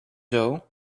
doe